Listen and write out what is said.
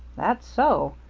that so?